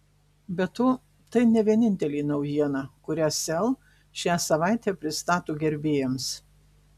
be to tai ne vienintelė naujiena kurią sel šią savaitę pristato gerbėjams